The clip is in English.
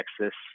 Texas